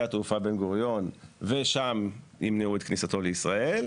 התעופה בן-גוריון ושם ימנעו את כניסתו לישראל,